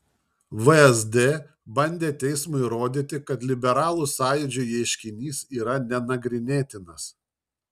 vsd bandė teismui įrodyti kad liberalų sąjūdžio ieškinys yra nenagrinėtinas